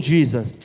Jesus